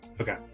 okay